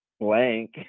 Blank